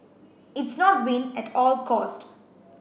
it's not win at all cost